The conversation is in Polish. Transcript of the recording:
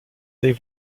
tej